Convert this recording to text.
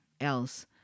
else